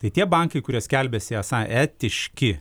tai tie bankai kurie skelbiasi esą etiški